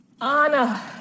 Anna